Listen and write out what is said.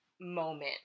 moment